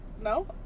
No